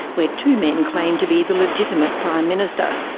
where two men claim to be the legitimate prime minister.